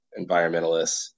environmentalists